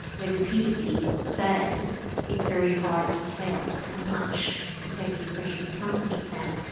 they repeatedly say it's very hard to tell how much competitive pressure would come from japan.